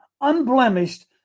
unblemished